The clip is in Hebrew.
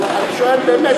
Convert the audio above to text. אבל אני שואל באמת,